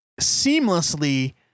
seamlessly